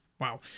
wow